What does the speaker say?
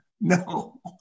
No